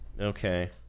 Okay